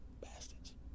Bastards